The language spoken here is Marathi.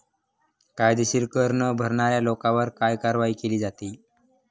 कायदेशीर कर न भरणाऱ्या लोकांवर काय कारवाई केली जाते?